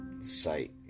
sight